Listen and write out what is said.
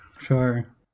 sure